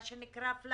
מה שנקרא פלאט.